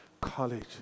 college